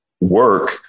work